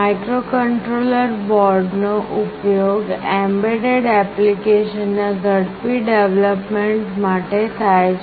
microcontroller board નો ઉપયોગ embedded application ના ઝડપી ડેવલપમેન્ટ માટે થાય છે